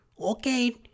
Okay